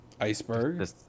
Iceberg